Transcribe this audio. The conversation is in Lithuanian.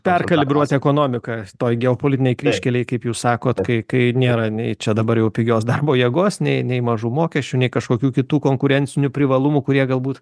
perkalibruoti ekonomiką toj geopolitinėj kryžkelėj kaip jūs sakot kai kai nėra nei čia dabar jau pigios darbo jėgos nei nei mažų mokesčių nei kažkokių kitų konkurencinių privalumų kurie galbūt